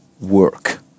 work